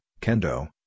Kendo